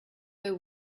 know